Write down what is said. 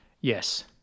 Yes